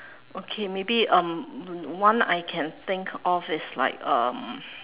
okay maybe um one I can think of is like um